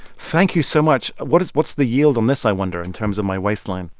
thank you so much. what is what's the yield on this, i wonder, in terms of my waistline?